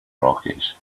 rockies